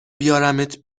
بیارمت